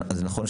זה נכון,